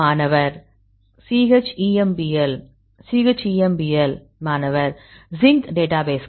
மாணவர் ChEMBL ChEMBL மாணவர் ZINC டேட்டாபேஸ்கள்